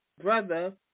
brother